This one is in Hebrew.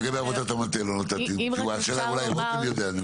לגבי עבודת המטה אולי רותם יודע.